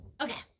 Okay